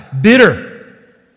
bitter